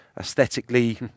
aesthetically